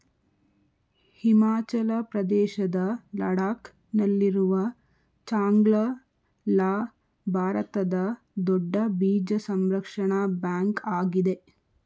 ಹಿಮಾಚಲ ಪ್ರದೇಶದ ಲಡಾಕ್ ನಲ್ಲಿರುವ ಚಾಂಗ್ಲ ಲಾ ಭಾರತದ ದೊಡ್ಡ ಬೀಜ ಸಂರಕ್ಷಣಾ ಬ್ಯಾಂಕ್ ಆಗಿದೆ